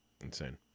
insane